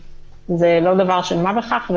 זה לא דבר של מה בכך,